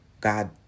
God